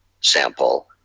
sample